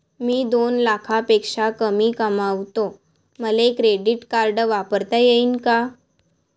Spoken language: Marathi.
मी दोन लाखापेक्षा कमी कमावतो, मले क्रेडिट कार्ड वापरता येईन का?